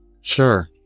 sure